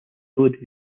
road